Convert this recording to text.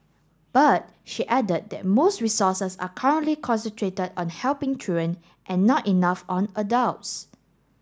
but she added that most resources are currently concentrated on helping children and not enough on adults